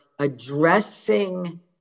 Addressing